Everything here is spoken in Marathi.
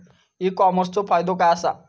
ई कॉमर्सचो फायदो काय असा?